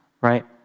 Right